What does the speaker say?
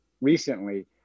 recently